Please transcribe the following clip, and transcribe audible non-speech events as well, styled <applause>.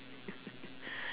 <laughs>